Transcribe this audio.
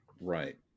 Right